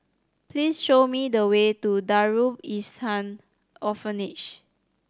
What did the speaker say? please show me the way to Darul Ihsan Orphanage